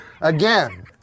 Again